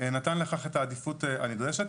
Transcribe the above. נתן לכך את העדיפות הנדרשת.